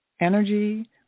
energy